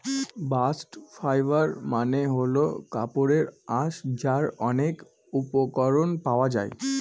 bast fibre মানে হল কাপড়ের আঁশ যার অনেক উপকরণ পাওয়া যায়